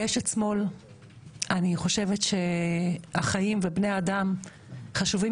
כאשת שמאל אני חושבת שהחיים ובני אדם חשובים